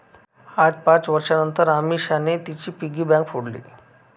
आज पाच वर्षांनतर अमीषाने तिची पिगी बँक फोडली